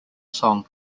song